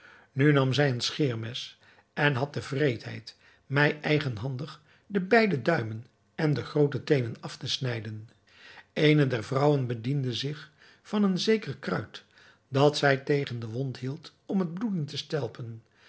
nu nam zij een scheermes en had de wreedheid mij eigenhandig de beide duimen en de groote teenen af te snijden eene der vrouwen bediende zich van een zeker kruid dat zij tegen de wond hield om het bloeden te stelpen